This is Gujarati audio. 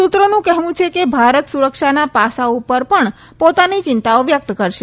સુત્રોનું કહેવુ છે કે ભારત સુરક્ષાના પાસાઓ ઉપર પણ પોતાની ચિંતાઓ વ્યકત કરશે